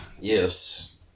Yes